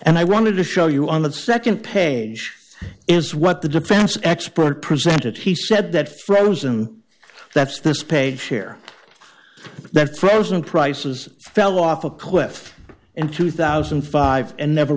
and i wanted to show you on the nd page is what the defense expert presented he said that frozen that's this page here that frozen prices fell off a cliff in two thousand and five and never